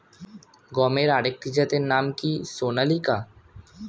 গমের আরেকটি জাতের নাম কি সোনালিকা?